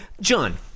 John